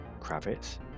Kravitz